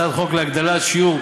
הצעת חוק להגדלת שיעור